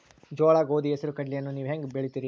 ಜೋಳ, ಗೋಧಿ, ಹೆಸರು, ಕಡ್ಲಿಯನ್ನ ನೇವು ಹೆಂಗ್ ಬೆಳಿತಿರಿ?